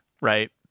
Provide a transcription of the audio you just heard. right